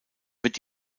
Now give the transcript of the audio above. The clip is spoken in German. wird